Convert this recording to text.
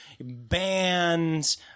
bands